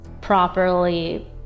properly